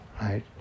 right